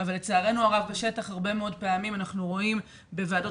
אבל לצערנו הרב בשטח הרבה מאוד פעמים אנחנו רואים בוועדות